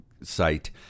site